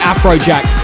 Afrojack